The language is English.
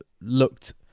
looked